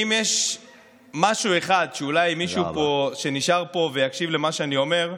אם יש משהו אחד שאולי מישהו פה שנשאר פה יקשיב למה שאני אומר,